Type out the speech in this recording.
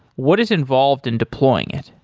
what is involved in deploying it?